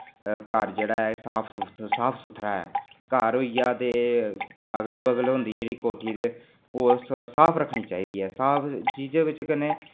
घर जेह्ड़ा ऐ साफ सुथरा ऐ घर होइया ते अगल बगल होंदी जेह्ड़ी कोठी ते ओह् साफ रक्खनी चाहिदी ऐ ते साफ चीज़ै बिच कन्नै